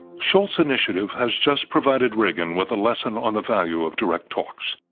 shultz's initiative has just provided reagan with a lesson on the value of direct talks.